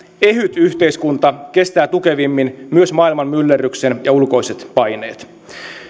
ehyt yhteiskunta kestää tukevimmin myös maailman myllerryksen ja ulkoiset paineet